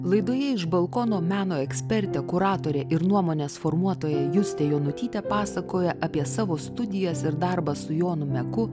laidoje iš balkono meno ekspertė kuratorė ir nuomonės formuotoja justė jonutytė pasakoja apie savo studijas ir darbą su jonu meku